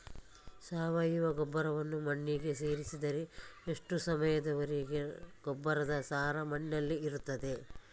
ಸಾವಯವ ಗೊಬ್ಬರವನ್ನು ಮಣ್ಣಿಗೆ ಸೇರಿಸಿದರೆ ಎಷ್ಟು ಸಮಯದ ವರೆಗೆ ಗೊಬ್ಬರದ ಸಾರ ಮಣ್ಣಿನಲ್ಲಿ ಇರುತ್ತದೆ?